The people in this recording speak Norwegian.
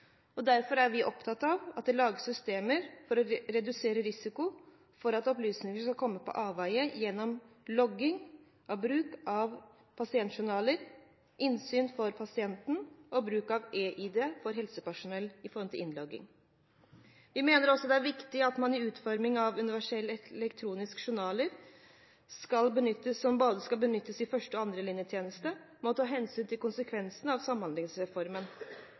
behandler. Derfor er vi opptatt av at det lages systemer for å redusere risiko for at opplysninger skal komme på avveier, gjennom logging av bruk av pasientjournal, innsyn for pasienten og bruk av eID for helsepersonells innlogging. Vi mener også det er viktig at man i utformingen av universelle elektroniske journaler som både skal benyttes i første- og andrelinjetjenesten, må ta hensyn til konsekvensene av Samhandlingsreformen,